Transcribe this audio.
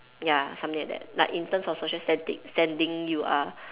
ya something like that like in terms of social stand~ standing you are